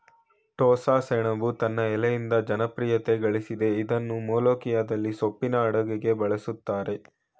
ಟೋಸ್ಸಸೆಣಬು ತನ್ ಎಲೆಯಿಂದ ಜನಪ್ರಿಯತೆಗಳಸಯ್ತೇ ಇದ್ನ ಮೊಲೋಖಿಯದಲ್ಲಿ ಸೊಪ್ಪಿನ ಅಡುಗೆಗೆ ಬಳುಸ್ತರೆ